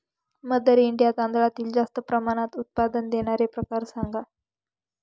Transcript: mother India तांदळातील जास्त प्रमाणात उत्पादन देणारे प्रकार सांगा